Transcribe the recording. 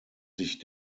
sich